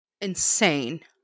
insane